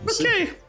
Okay